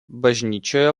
bažnyčioje